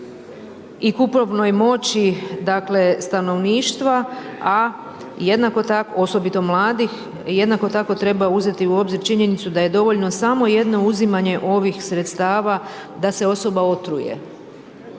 i kupovnoj moći stanovništva a jednako tako, osobito mladih, jednako tako treba uzeti u obzir činjenicu da je dovoljno samo jedno uzimanje ovih sredstava da se osoba otruje,